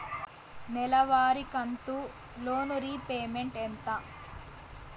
నెలవారి కంతు loan repayment ఎంత?